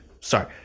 sorry